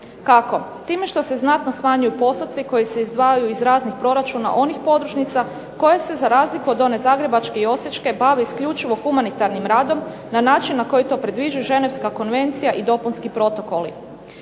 Kako? Time što se znatno smanjuju postoci koji se izdvajaju iz raznih proračuna onih podružnica koje se za razliku od one zagrebačke i osječke bave isključivo humanitarnim radom na način na koji to predviđaju Ženevska konvencija i dopunski protokoli.